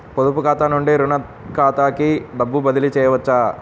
పొదుపు ఖాతా నుండీ, రుణ ఖాతాకి డబ్బు బదిలీ చేయవచ్చా?